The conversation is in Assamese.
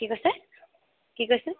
কি কৈছে কি কৈছে